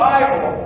Bible